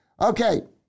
Okay